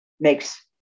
makes